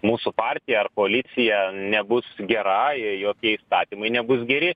mūsų partija ar koalicija nebus gera ir jokie įstatymai nebus geri